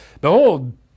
behold